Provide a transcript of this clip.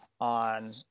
on